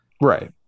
Right